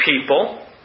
people